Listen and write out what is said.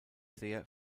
sehr